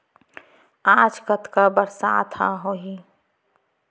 आज कतका बरसात ह होही?